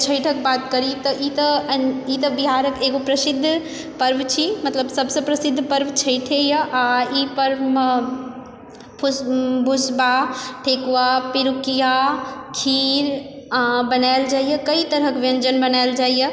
छैठक बात करि तऽ ई तऽ ई तऽ बिहारक एगो प्रसिद्ध पर्व छी मतलब सबसँ प्रसिद्ध पर्व छैठे यऽ आओर ई पर्वमे फुस भुसबा ठेकुआ पिरुकिया खीर बनायल जाइए कइ तरहके व्यञ्जन बनायल जाइए